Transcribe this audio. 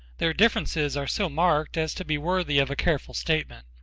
their differences are so marked as to be worthy of a careful statement.